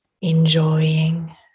enjoying